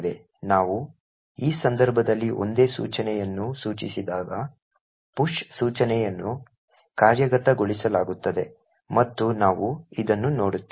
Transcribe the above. ನಾವು ಈ ಸಂದರ್ಭದಲ್ಲಿ ಒಂದೇ ಸೂಚನೆಯನ್ನು ಸೂಚಿಸಿದಾಗ push ಸೂಚನೆಯನ್ನು ಕಾರ್ಯಗತಗೊಳಿಸಲಾಗುತ್ತದೆ ಮತ್ತು ನಾವು ಇದನ್ನು ನೋಡುತ್ತೇವೆ